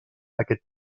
aquest